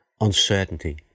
uncertainty